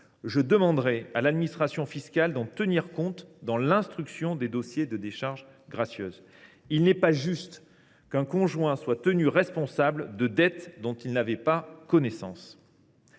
Je demanderai à l’administration fiscale d’en tenir compte dans l’instruction des dossiers de décharge gracieuse. Il n’est pas juste qu’un conjoint soit tenu responsable de dettes dont il n’avait pas connaissance.